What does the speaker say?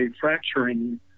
fracturing